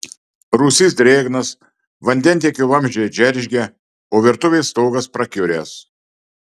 rūsys drėgnas vandentiekio vamzdžiai džeržgia o virtuvės stogas prakiuręs